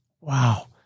Wow